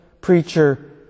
preacher